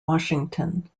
washington